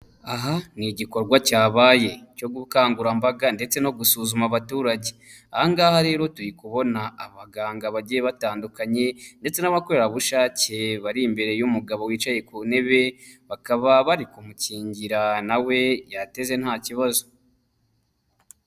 Aha ni igikorwa cyabaye cyo gukangurambaga ndetse no gusuzuma abaturage, aha ngaha rero turi kubona abaganga bagiye batandukanye ndetse n'abakorerabushake bari imbere y'umugabo wicaye ku ntebe, bakaba bari kumukingira na we yateze ntakibazo.